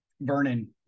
Vernon